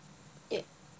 eh